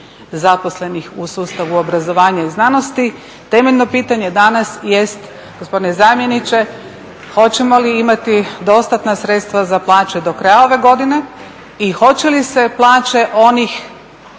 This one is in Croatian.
zaposlenih u sustavu obrazovanja i znanosti. Temeljno pitanje danas jest gospodine zamjeniče hoćemo li imati dostatna sredstva za plaće do kraja ove godine i hoće li se plaće onih